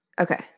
Okay